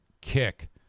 kick